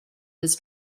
his